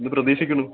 എന്ന് പ്രതീഷിക്കുണു